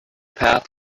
path